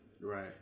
Right